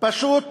פשוט